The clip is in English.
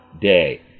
day